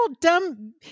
dumb